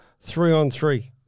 three-on-three